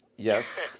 Yes